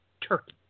Turkey